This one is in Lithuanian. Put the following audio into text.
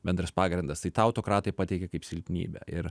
bendras pagrindas tai tą autokratai pateikia kaip silpnybę ir